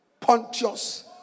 Pontius